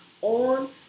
on